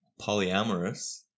polyamorous